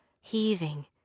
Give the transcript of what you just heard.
Heaving